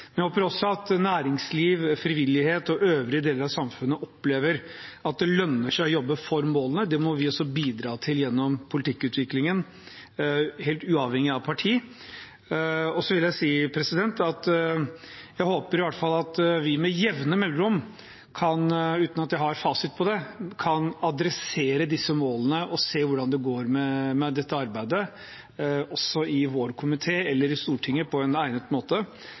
at næringsliv, frivillighet og øvrige deler av samfunnet opplever at det lønner seg å jobbe for målene. Det må vi bidra til gjennom politikkutviklingen, helt uavhengig av parti. Og så håper jeg at vi med jevne mellomrom – uten at jeg har fasit på det – kan ta opp disse målene også i vår komité eller i Stortinget og på en egnet måte se hvordan det går med